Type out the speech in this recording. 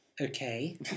Okay